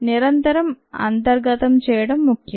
నిరంతరం అంతర్గతం చేయడం ముఖ్యం